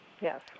Yes